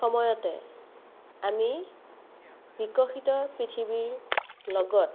সময়তে আমি বিকশিত পৃথিৱীৰ লগত